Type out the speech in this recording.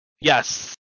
yes